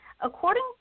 According